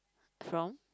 from